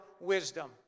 wisdom